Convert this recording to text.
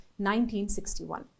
1961